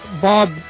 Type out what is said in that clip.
Bob